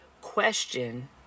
question